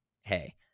hey